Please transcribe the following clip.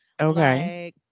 Okay